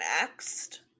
next